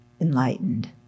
enlightened